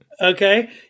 okay